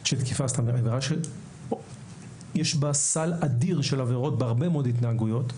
עבירה שיש בה סל אדיר של עבירות בהרבה מאוד התנהגויות.